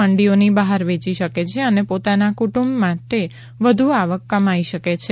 મંડીઓની બહાર વેચી શકે છે અને પોતાના કુટુંબ માટે વધુ આવક કમાઇ શકે છે